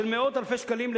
של מאות אלפי שקלים,